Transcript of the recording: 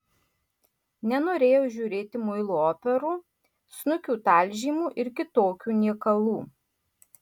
nenorėjau žiūrėti muilo operų snukių talžymų ir kitokių niekalų